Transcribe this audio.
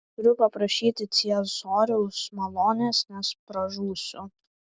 turiu paprašyti ciesoriaus malonės nes pražūsiu